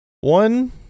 one